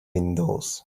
windows